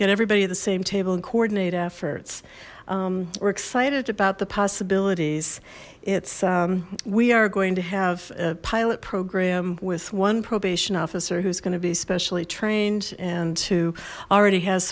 get everybody at the same table and coordinate efforts we're excited about the possibilities it's we are going to have a pilot program with one probation officer who's going to be specially trained and who already has